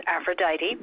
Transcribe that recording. Aphrodite